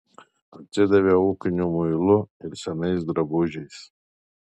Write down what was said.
atsidavė ūkiniu muilu ir senais drabužiais